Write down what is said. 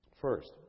First